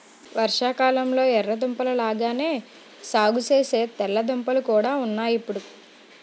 వర్షాకాలంలొ ఎర్ర దుంపల లాగానే సాగుసేసే తెల్ల దుంపలు కూడా ఉన్నాయ్ ఇప్పుడు